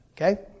okay